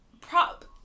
prop